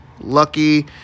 Lucky